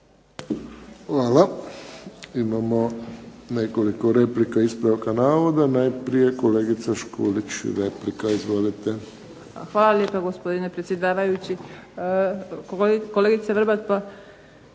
Hvala. Imamo nekoliko replika, ispravaka navoda. Najprije kolegica Škulić, replika. Izvolite. **Škulić, Vesna (SDP)** Hvala lijepa gospodine predsjedavajući. Kolegice Vrbat,